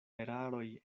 eraroj